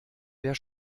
wer